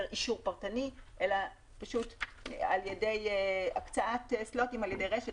אישור פרטני אלא על-ידי הקצאת “סלוטים” על-ידי רש"ת.